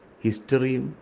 History